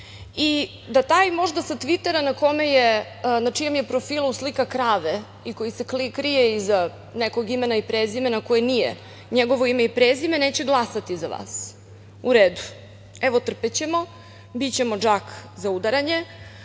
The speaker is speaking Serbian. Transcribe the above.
i da taj možda sa Tvitera na čijem je profilu slika krave, koji se krije iza nekog imena i prezimena koje nije njegovo ime i prezime, neće glasati za vas. U redu. Evo, trpećemo. Bićemo džak za udaranje,